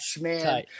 man